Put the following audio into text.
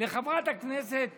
לחברת הכנסת